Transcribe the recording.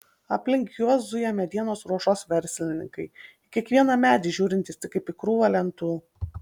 aplink juos zuja medienos ruošos verslininkai į kiekvieną medį žiūrintys tik kaip į krūvą lentų